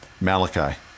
Malachi